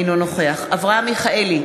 אינו נוכח אברהם מיכאלי,